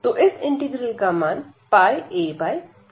तो इस इंटीग्रल का मान a 4 है